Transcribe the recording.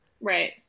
right